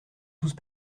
tous